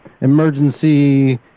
emergency